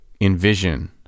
envision